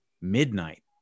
midnight